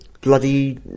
bloody